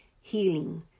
healing